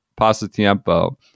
Pasatiempo